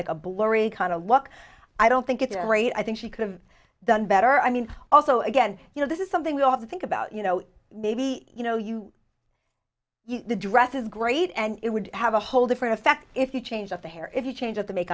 like a blurry kind of look i don't think it's great i think she could've done better i mean also again you know this is something we all have to think about you know maybe you you know the dress is great and it would have a whole different effect if you change the hair if you change the make